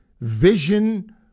vision